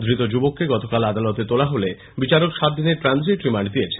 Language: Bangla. ধৃত যুবককে গতকাল আদালতে তোলা হলে বিচারক সাত দিনের ট্রানজিট রিম্যান্ড দিয়েছেন